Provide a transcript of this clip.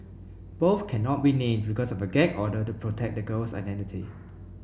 both cannot be named because of a gag order to protect the girl's identity